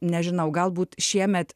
nežinau galbūt šiemet